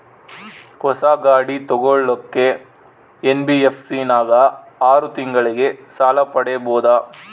ಹೊಸ ಗಾಡಿ ತೋಗೊಳಕ್ಕೆ ಎನ್.ಬಿ.ಎಫ್.ಸಿ ನಾಗ ಆರು ತಿಂಗಳಿಗೆ ಸಾಲ ಪಡೇಬೋದ?